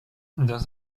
das